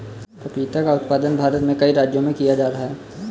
पपीता का उत्पादन भारत में कई राज्यों में किया जा रहा है